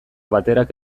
baterak